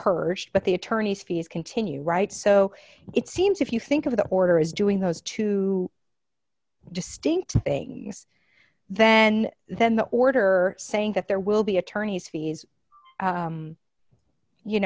purged but the attorneys fees continue right so it seems if you think of the order is doing those two distinct things then then the order saying that there will be attorneys fees